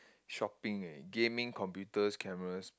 shopping eh gaming computers cameras